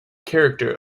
character